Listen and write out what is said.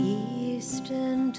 eastern